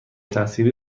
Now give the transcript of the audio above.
تحصیلی